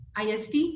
IST